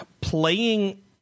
playing